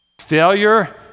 Failure